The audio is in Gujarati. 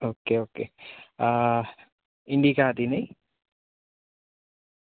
ઓકે ઓકે ઈન્ડિકા હતી નહીં